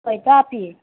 બધા આપીએ